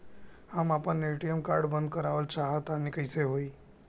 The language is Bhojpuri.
हम आपन ए.टी.एम कार्ड बंद करावल चाह तनि कइसे होई?